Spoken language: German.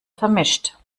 vermischt